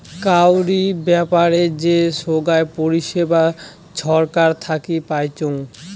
কাউরি ব্যাপারে যে সোগায় পরিষেবা ছরকার থাকি পাইচুঙ